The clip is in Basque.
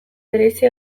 bereizi